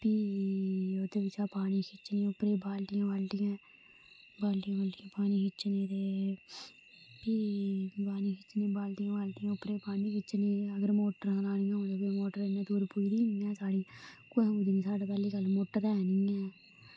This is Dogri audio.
ते भी ओह्दे बिच्चा पानी खिच्चदे पानी बाल्टी बाल्टियें बाल्टी बाल्टी पानी खिच्चना ते भी पानी खिच्चना बाल्टी बाल्टियें उप्परै गी पानी खिच्चने अगर मोटरां लानियां होन तां इन्नी पूरी निं पौंदी ऐ साढ़े कुस लानी पैह्लें साढ़े मोटर है नी ऐ